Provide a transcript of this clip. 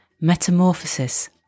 Metamorphosis